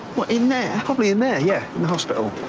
in there? probably in there, yeah, in the hospital.